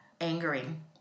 angering